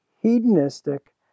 hedonistic